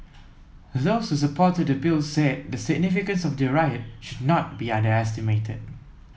those who supported the Bill said the significance of the riot should not be underestimated